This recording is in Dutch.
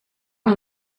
een